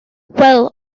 wel